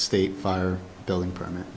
state fire building permit